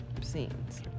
Scenes